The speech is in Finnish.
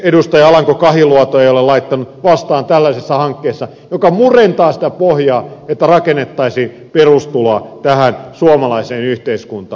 alanko kahiluoto ei ole laittanut vastaan tällaisessa hankkeessa joka murentaa sitä pohjaa että rakennettaisiin perustuloa tähän suomalaiseen yhteiskuntaan